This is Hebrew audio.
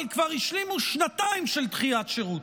אבל כבר השלימו שנתיים של דחיית שירות.